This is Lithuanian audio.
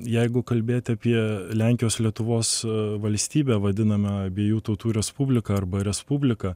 jeigu kalbėti apie lenkijos lietuvos valstybę vadinamą abiejų tautų respublika arba respublika